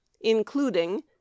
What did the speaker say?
including